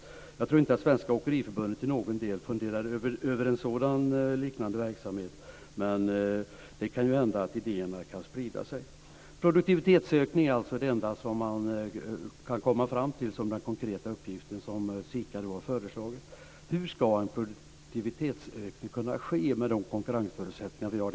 Jag tror inte att Svenska åkeriförbundet i någon del funderar över en sådan liknande verksamhet, men det kan ju hända att idén kan sprida sig. Produktivitetsökning är alltså det enda som man kan komma fram till som en konkret uppgift som SIKA har föreslagit. Hur skall en produktivitetsökning kunna ske med de konkurrensförutsättningar som vi har?